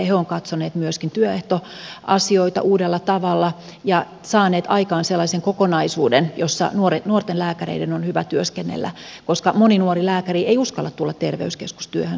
he ovat katsoneet myöskin työehtoasioita uudella tavalla ja saaneet aikaan sellaisen kokonaisuuden jossa nuorten lääkäreiden on hyvä työskennellä koska moni nuori lääkäri ei suoraan sanoen uskalla tulla terveyskeskustyöhön